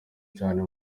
cyane